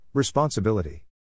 Responsibility